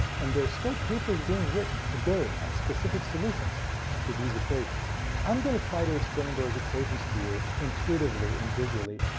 and there are still papers being written today on specific solutions to these equations. i am going to try to explain those equations to you intuitively and visually,